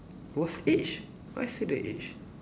was age why say the age